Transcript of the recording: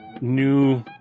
new